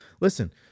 Listen